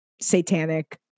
satanic